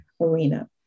arena